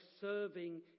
serving